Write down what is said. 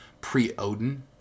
Pre-Odin